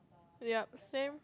yup same